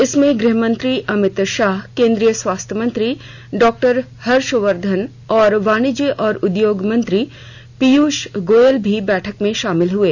इसमें गृहमंत्री अमित शाह केन्द्रीय स्वास्थ्य मंत्री डॉ हर्षवर्धन और वाणिज्य और उद्योग मंत्री पीयूष गोयल भी बैठक में शामिल हुए